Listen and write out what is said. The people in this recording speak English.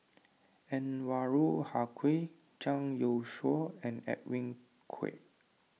Anwarul Haque Zhang Youshuo and Edwin Koek